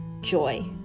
joy